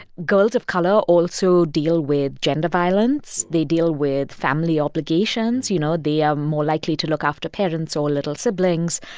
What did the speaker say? girls of color also deal with gender violence. they deal with family obligations. you know, they are more likely to look after parents or little siblings,